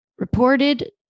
reported